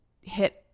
hit